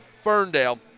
Ferndale